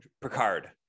Picard